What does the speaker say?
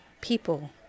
people